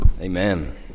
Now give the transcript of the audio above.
Amen